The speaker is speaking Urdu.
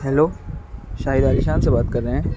ہیلو شاہدہ ذیشان سے بات کر رہے ہیں